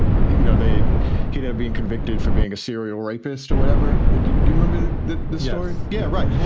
you know, they he'd have been convicted for being a serial rapist or whatever. and you remember the the story. yeah. right.